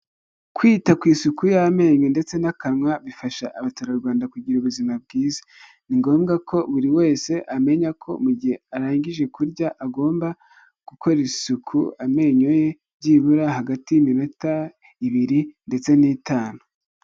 Kwita ku isuku y'amenyo ndetse n'akanwa bifasha abaturarwanda kugira ubuzima bwiza, ni ngombwa ko buri wese amenya ko mu gihe arangije kurya agomba gukorera isuku amenyo ye byibura hagati y'iminota ibiri ndetse n'itanu.